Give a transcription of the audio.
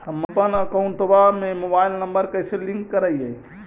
हमपन अकौउतवा से मोबाईल नंबर कैसे लिंक करैइय?